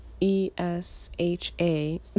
E-S-H-A